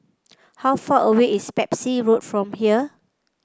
how far away is Pepys Road from here